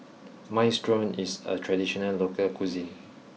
Minestrone is a traditional local cuisine